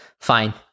fine